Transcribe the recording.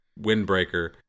windbreaker